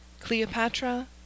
Cleopatra